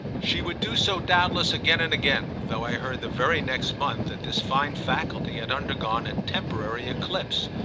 she would do so doubtless again and again, though i heard the very next month that this fine faculty had undergone a temporary eclipse.